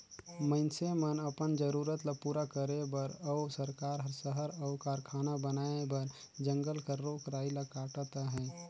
मइनसे मन अपन जरूरत ल पूरा करे बर अउ सरकार हर सहर अउ कारखाना बनाए बर जंगल कर रूख राई ल काटत अहे